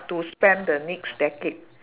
to spend the next decade